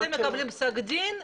אתם מקבלים פסק דין,